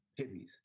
hippies